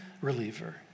reliever